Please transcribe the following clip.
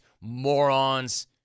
morons